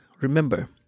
remember